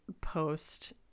post